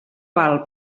val